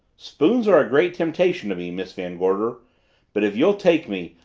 spoons are a great temptation to me, miss van gorder but if you'll take me,